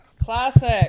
Classic